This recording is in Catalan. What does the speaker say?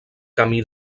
camí